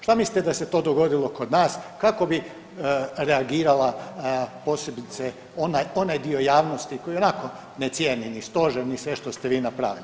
Što mislite da se to dogodilo kod nas kako bi reagirala posebice onaj dio javnosti koji ionako ne cijeni ni stožer ni sve što ste vi napravili?